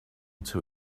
too